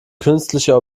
künstliche